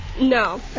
No